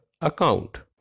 account